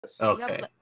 okay